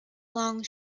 long